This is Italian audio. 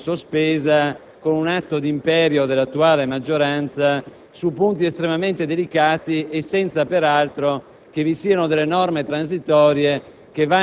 possa essere vanificata, *rectius* sospesa, con un atto di imperio dell'attuale maggioranza, su punti estremamente delicati e senza, peraltro,